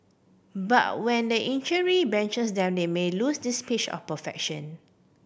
but when the injury benches their they may lose this pitch of perfection